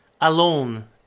alone